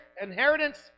inheritance